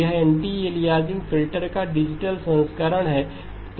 यह anti aliasing filter का digital संस्करण है